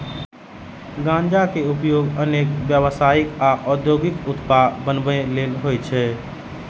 गांजा के उपयोग अनेक व्यावसायिक आ औद्योगिक उत्पाद बनबै लेल होइ छै